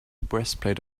breastplate